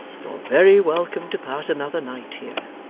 you're very welcome to pass another night here.